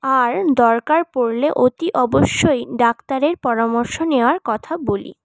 আর দরকার পরলে অতি অবশ্যয় ডাক্তারের পরামর্শ নেওয়ার কথা বলি